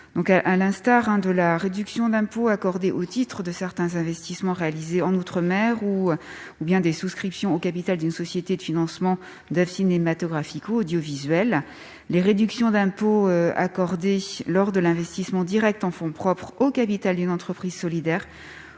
À l'instar de la réduction d'impôt accordée au titre de certains investissements réalisés outre-mer ou des souscriptions au capital d'une société de financement d'oeuvres cinématographiques ou audiovisuelles, les réductions d'impôt accordées pour les investissements directs en fonds propres au capital d'une entreprise solidaire